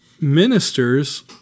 ministers